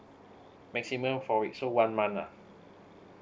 maximum four weeks so one month ah